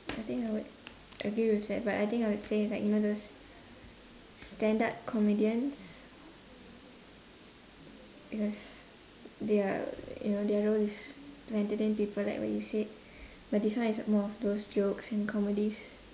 I think I would agree with that but I think I would say like you know those stand up comedians because their you know their role is to entertain people like what you said but this one is more of those jokes in comedies